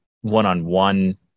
one-on-one